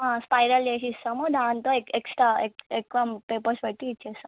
spiral చేసి ఇస్తాము దానితో ఏ ఎక్స్ట్రా ఎక్కువ పేపర్స్ పెట్టి ఇచ్చేస్తాము